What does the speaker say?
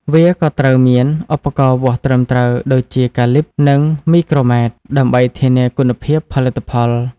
វាក៏ត្រូវមាន ឧបករណ៍វាស់ត្រឹមត្រូវ ដូចជាកាលីប (Calipers) និងមីក្រូម៉ែត្រ (Micrometers) ដើម្បីធានាគុណភាពផលិតផល។